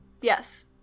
Yes